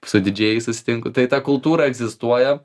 su didžėjais susitinku tai ta kultūra egzistuoja